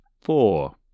Four